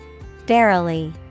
Verily